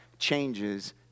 Changes